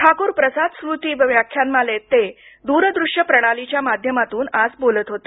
ठाकूर प्रसाद स्मृती व्याख्यानमालेत ते दूरदृष्य प्रणालीच्या माध्यमातून आज बोलत होते